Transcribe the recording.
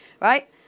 right